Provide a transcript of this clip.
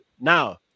Now